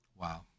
Wow